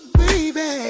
baby